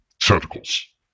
tentacles